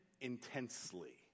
intensely